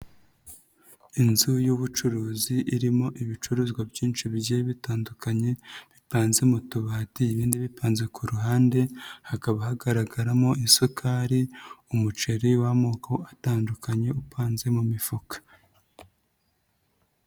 Inzu y'ubucuruzi irimo ibicuruzwa byinshi bigiye bitandukanye bipanze mu tubati ibindi bitanze ku ruhande, hakaba hagaragaramo isukari, umuceri w'amoko atandukanye upanze mu mifuka.